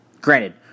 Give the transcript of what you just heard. Granted